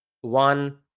one